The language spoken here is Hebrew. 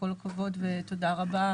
כל הכבוד ותודה רבה.